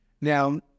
Now